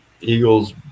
Eagles